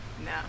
No